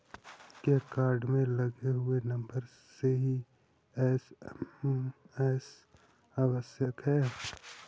क्या कार्ड में लगे हुए नंबर से ही एस.एम.एस आवश्यक है?